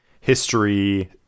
history